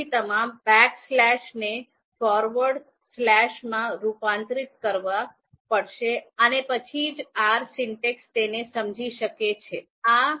તેથી તમામ બેકસ્લેશને ફોરવર્ડ સ્લેશમાં રૂપાંતરિત કરવા પડશે અને પછી જ R સિટેક્સ તેને સમજી શકે છે